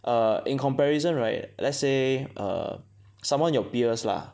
in comparison right let's say err someone your peers lah